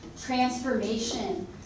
transformation